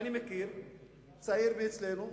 אני מכיר צעיר מאצלנו,